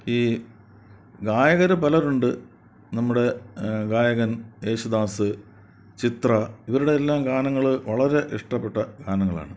ഈ ഗായകർ പലരുണ്ട് നമ്മുടെ ഗായകൻ യേശുദാസ് ചിത്ര ഇവരുടെയെല്ലാം ഗാനങ്ങൾ വളരെ ഇഷ്ടപ്പെട്ട ഗാനങ്ങളാണ്